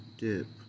dip